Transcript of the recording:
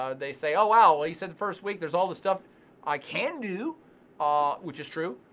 ah they say, ah wow, he said the first week there's all this stuff i can do ah which is true,